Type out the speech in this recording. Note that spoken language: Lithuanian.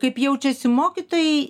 kaip jaučiasi mokytojai